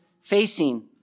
facing